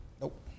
Nope